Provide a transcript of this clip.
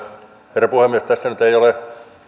herra puhemies tässä nyt ei ole